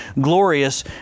glorious